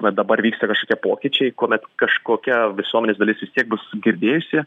va dabar vyksta kažkokie pokyčiai kuomet kažkokia visuomenės dalis vis tiek bus girdėjusi